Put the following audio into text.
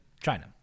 China